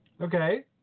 Okay